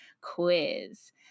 quiz